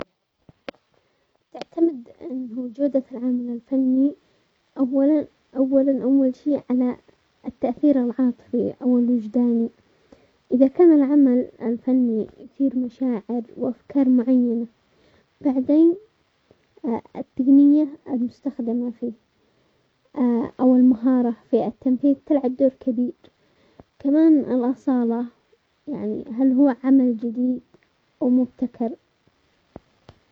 تعتمد ان جودة العمل الفني اولا-اولا-اول شيء على التأثير العاطفي او الوجداني، اذا كان العمل الفني يثير مشاعر وافكار معينة، بعدين التقنية المستخدمة فيه او المهارة في التنفيذ تلعب دور كبير، كمان الاصالة يعني هل هو عمل جديد او مبتكر؟